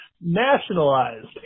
nationalized